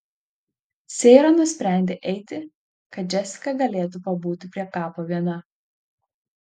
seira nusprendė eiti kad džesika galėtų pabūti prie kapo viena